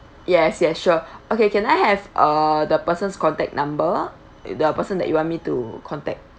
yes yes sure okay can I have uh the person's contact number the person that you want me to contact